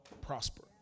prosper